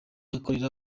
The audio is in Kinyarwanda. akorera